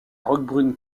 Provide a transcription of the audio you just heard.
roquebrune